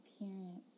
appearance